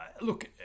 look